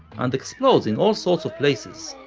and explodes in all sorts of places,